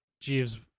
Jeeves